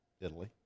Italy